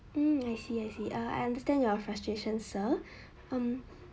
um I see I see err I understand your frustration sir um